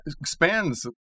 expands